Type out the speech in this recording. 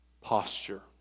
posture